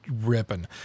ripping